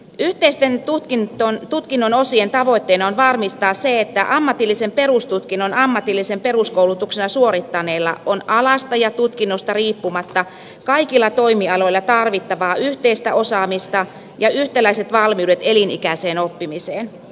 yhteisten tutkinnon osien tavoitteena on varmistaa se että ammatillisen perustutkinnon ammatillisena peruskoulutuksena suorittaneella on alasta ja tutkinnosta riippumatta kaikilla toimialoilla tarvittavaa yhteistä osaamista ja yhtäläiset valmiudet elinikäiseen oppimiseen